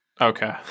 okay